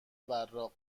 براق